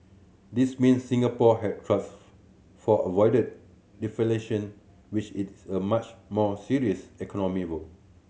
this means Singapore has thus far avoided deflation which is a much more serious economic woe